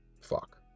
Fuck